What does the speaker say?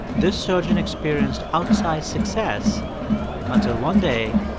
this surgeon experienced outsized success until one day,